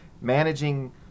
managing